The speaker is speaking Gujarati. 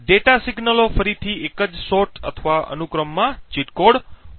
ડેટા સિગ્નલો ફરીથી એક જ શોટ અથવા અનુક્રમમાં ચીટ કોડ હોઈ શકે છે